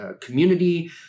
community